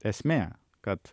esmė kad